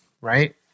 right